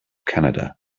canada